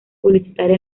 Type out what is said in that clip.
publicitaria